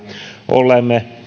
olemme